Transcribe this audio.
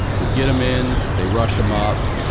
we get him in, they rush him up.